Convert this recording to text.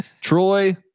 Troy